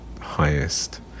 highest